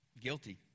guilty